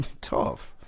Tough